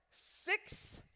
Six